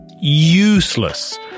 useless